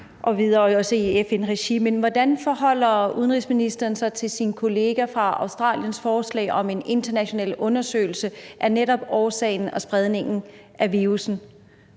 hvordan forholder udenrigsministeren sig til sin kollega fra Australiens forslag om en international undersøgelse af netop årsagen til og spredningen af virussen?